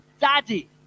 daddy